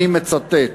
אני מצטט,